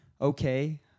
okay